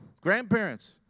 grandparents